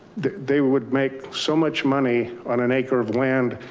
they would make so much money on an acre of land.